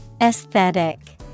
Aesthetic